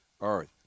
earth